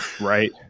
right